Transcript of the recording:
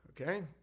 Okay